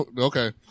Okay